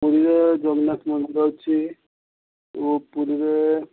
ପୁରୀରେ ଜଗନ୍ନାଥ ମନ୍ଦିର ଅଛି ଆଉ ପୁରୀରେ